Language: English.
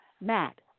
Matt